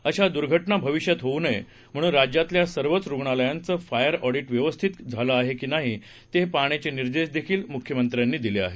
अशा दुर्घटना भविष्यात होऊ नये म्हणून राज्यातल्या सर्वच रुग्णालयांचं फायर ऑडीट व्यवस्थित झालं आहे का ते पाहण्याचे निर्देश देखील मुख्यमंत्र्यांनी दिले आहेत